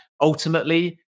ultimately